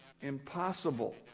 impossible